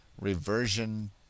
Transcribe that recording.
reversion